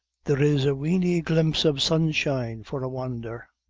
there is a weeny glimpse of sunshine, for a wondher.